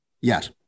Yes